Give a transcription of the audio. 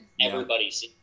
Everybody's